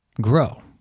Grow